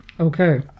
Okay